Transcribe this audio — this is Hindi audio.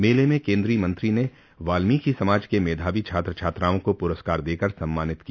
मेले में केन्द्रीय मंत्री ने वाल्मीकि समाज के मेधावी छात्र छात्राओं को पुरस्कार देकर सम्मानित किया